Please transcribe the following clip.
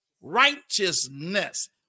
righteousness